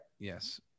Yes